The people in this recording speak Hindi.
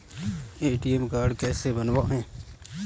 ए.टी.एम कार्ड कैसे बनवाएँ?